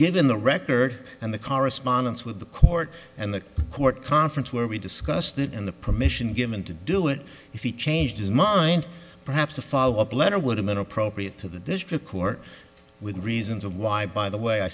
given the record and the correspondence with the court and the court conference where we discussed it in the permission given to do it if he changed his mind perhaps a follow up letter would have been appropriate to the district court with reasons of why by the way i